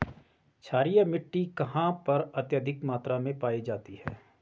क्षारीय मिट्टी कहां पर अत्यधिक मात्रा में पाई जाती है?